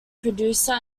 producer